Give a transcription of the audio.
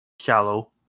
shallow